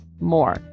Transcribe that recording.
more